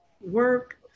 work